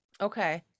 Okay